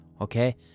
okay